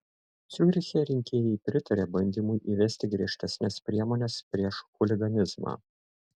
ciuriche rinkėjai pritarė bandymui įvesti griežtesnes priemones prieš chuliganizmą